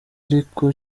ariko